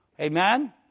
Amen